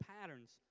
patterns